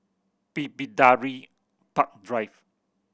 Bidadari Park Drive